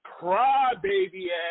crybaby-ass